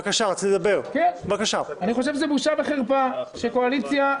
אני חושב שזו בושה וחרפה שהקואליציה,